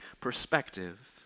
perspective